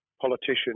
politician